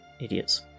idiots